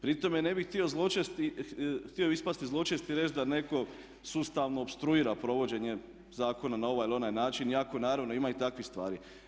Pri tome ne bih htio ispasti zločest i reći da netko sustavno opstruira provođenje zakona na ovaj ili onaj način, iako naravno ima i takvih stvari.